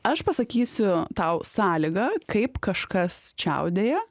aš pasakysiu tau sąlygą kaip kažkas čiaudėja